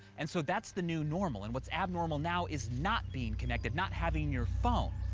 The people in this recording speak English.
and so that's the new normal, and what's abnormal now is not being connected, not having your phone.